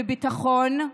בביטחון,